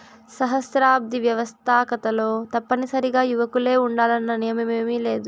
సహస్రాబ్ది వ్యవస్తాకతలో తప్పనిసరిగా యువకులే ఉండాలన్న నియమేమీలేదు